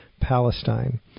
Palestine